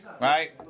right